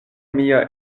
mia